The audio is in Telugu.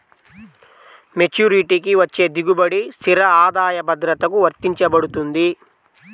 మెచ్యూరిటీకి వచ్చే దిగుబడి స్థిర ఆదాయ భద్రతకు వర్తించబడుతుంది